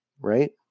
right